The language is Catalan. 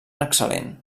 excel·lent